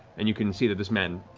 and you can see that this man,